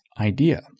idea